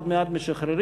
עוד מעט משחררים,